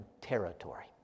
territory